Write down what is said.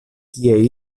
kie